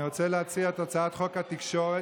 אני רוצה להציע את הצעת חוק התקשורת,